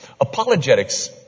Apologetics